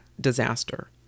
disaster